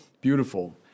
beautiful